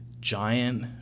giant